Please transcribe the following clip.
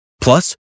Plus